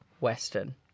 western